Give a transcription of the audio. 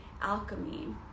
alchemy